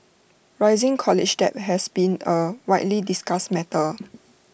rising college debt has been A widely discussed matter